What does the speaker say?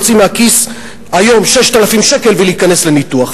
היום להוציא מהכיס 6,000 שקל ולהיכנס לניתוח,